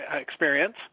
experience